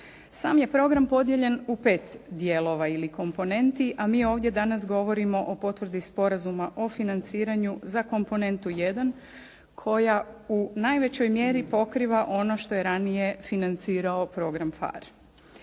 Sam je program podijeljen u pet dijelova ili komponenti a mi ovdje danas govorio o potvrdi sporazuma o financiranju za komponentu jedan koji u najvećoj mjeri pokriva ono što je ranije financirao program PHAR.